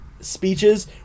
speeches